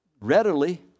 readily